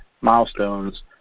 milestones